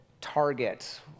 target